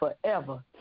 forever